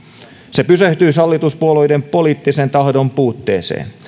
se pysähtyi hallituspuolueiden poliittisen tahdon puutteeseen